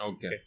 Okay